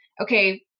Okay